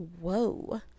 whoa